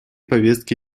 повестки